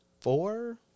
four